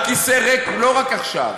הכיסא ריק לא רק עכשיו.